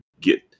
get